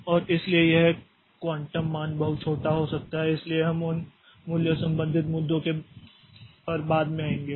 और इसलिए यह क्वांटम मान बहुत छोटा हो सकता है इसलिए हम उन मूल्य संबंधित मुद्दों पर बाद में आएंगे